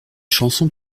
chanson